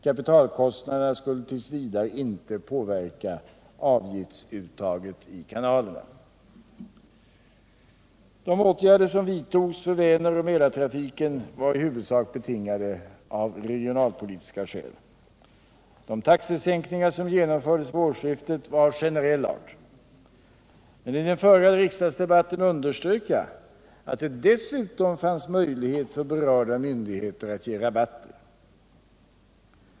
Kapitalkostnaderna skulle t. v. inte påverka avgiftsuttaget i kanalerna. De åtgärder som vidtogs för Väneroch Mälartrafiken var i huvudsak betingade av regionalpolitiska skäl. De taxesänkningar som genomfördes vid årsskiftet var också av generell art. I den förra riksdagsdebatten underströk jag att det dessutom fanns möjlighet för berörda myndigheter att ge rabatter.